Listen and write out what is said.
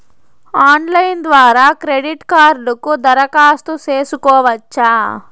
Online ద్వారా credit కార్డుకు దరఖాస్తు సేసుకోవచ్చా?